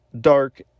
dark